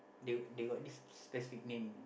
they they got this specific name